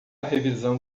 revisão